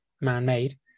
man-made